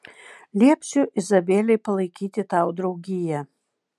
liepsiu izabelei palaikyti tau draugiją